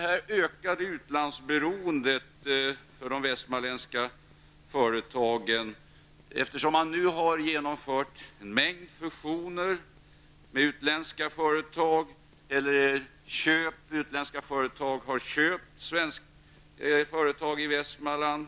Det ökade utlandsberoendet för de västmanländska företagen understryks ytterligare. En mängd fusioner med utländska företag har genomförts, och utländska företag har köpt svenska företag i Västmanland.